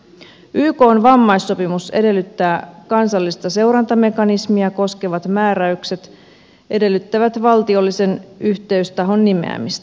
ykn vammaissopimus edellyttää kansallista seurantamekanismia ja valtiollisen yhteystahon nimeämistä